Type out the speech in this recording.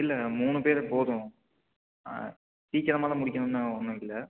இல்லை மூணு பேர் போதும் ஆ சீக்கிரமாகலாம் முடிக்கணுன்னு ஒன்றும் இல்லை